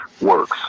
works